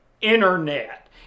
internet